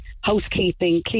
housekeeping